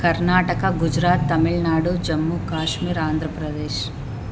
Karnataka Gujarat Tamil Nadu Jammu Kashmir Andhra Pradesh